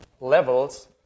levels